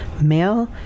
male